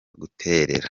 guterera